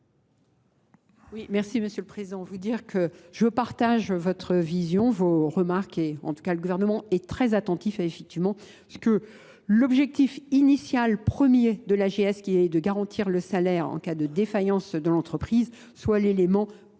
merci Monsieur le Président. Vous dire que je partage votre vision, vos remarques et en tout cas le gouvernement est très attentif à effectivement ce que l'objectif initial premier de l'AGS qui est de garantir le salaire en cas de défaillance de l'entreprise soit l'élément premier